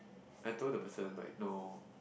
I told the person like no